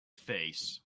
face